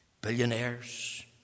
billionaires